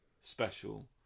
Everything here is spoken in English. special